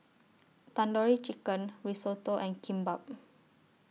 Tandoori Chicken Risotto and Kimbap